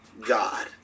God